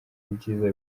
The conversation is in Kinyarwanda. ibyiza